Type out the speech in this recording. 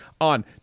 on